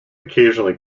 occasionally